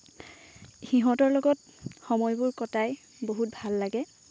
সিহঁতৰ লগত সময়বোৰ কটাই বহুত ভাল লাগে